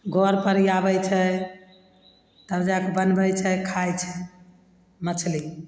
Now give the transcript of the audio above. घरपर आबय छै तब जा कऽ बनबय छै खाइ छै मछली